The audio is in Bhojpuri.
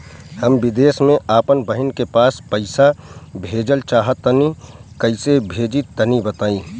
हम विदेस मे आपन बहिन के पास पईसा भेजल चाहऽ तनि कईसे भेजि तनि बताई?